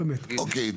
אוקיי.